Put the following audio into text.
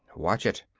watch it,